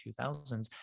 2000s